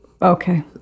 Okay